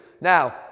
Now